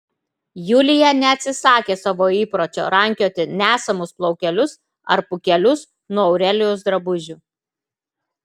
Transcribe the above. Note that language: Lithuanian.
julija neatsisakė savo įpročio rankioti nesamus plaukelius ar pūkelius nuo aurelijos drabužių